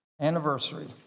anniversary